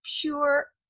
pure